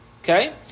Okay